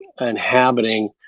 inhabiting